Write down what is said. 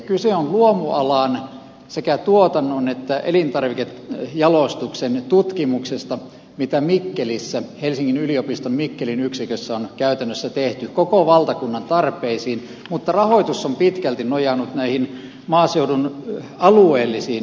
kyse on luomualan sekä tuotannon että elintarvikejalostuksen tutkimuksesta jota mikkelissä helsingin yliopiston mikkelin yksikössä on käytännössä tehty koko valtakunnan tarpeisiin mutta rahoitus on pitkälti nojannut näihin maaseudun alueellisiin kehittämisrahoihin